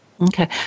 Okay